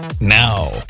Now